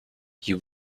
you